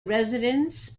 residence